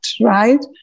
right